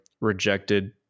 rejected